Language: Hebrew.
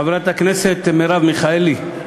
חברת הכנסת מרב מיכאלי,